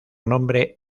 nombre